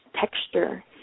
texture